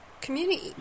community